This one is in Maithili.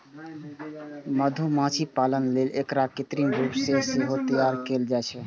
मधुमाछी पालन लेल एकरा कृत्रिम रूप सं सेहो तैयार कैल जाइ छै